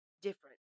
different